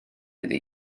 iddi